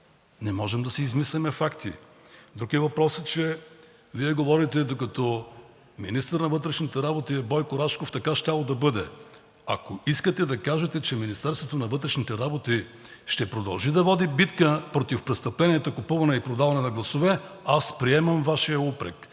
Не можем да си измисляме факти. Друг е въпросът, че Вие говорите, че докато министър на вътрешните работи е Бойко Рашков, така щяло да бъде. Ако искате да кажете, че Министерството на вътрешните работи ще продължи да води битка против престъпленията „купуване и продаване на гласове“, аз приемам Вашия упрек,